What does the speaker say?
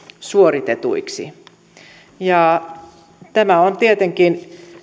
suoritetuiksi tämä on tietenkin